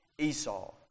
Esau